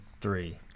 three